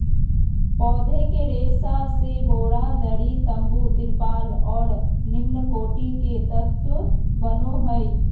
पौधे के रेशा से बोरा, दरी, तम्बू, तिरपाल और निम्नकोटि के तत्व बनो हइ